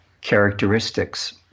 characteristics